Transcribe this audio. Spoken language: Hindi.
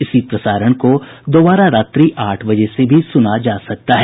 इसी प्रसारण को दोबारा रात्रि आठ बजे से भी सुना जा सकता है